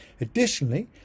Additionally